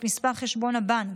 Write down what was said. את מספר חשבון הבנק.